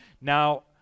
Now